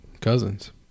cousins